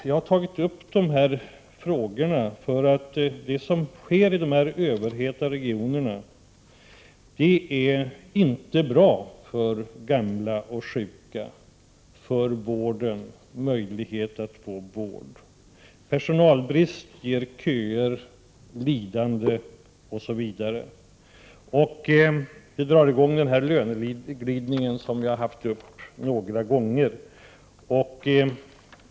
Jag har tagit upp dessa frågor för att det som sker i de överheta regionerna inte är bra för gamla och sjuka och för deras möjligheter att få vård. Personalbrist ger köer och lidande och drar dessutom i gång en löneglidning som vi diskuterat flera gånger.